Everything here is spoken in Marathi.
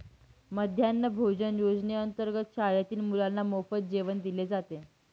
मध्यान्ह भोजन योजनेअंतर्गत शाळेतील मुलांना मोफत जेवण दिले जाते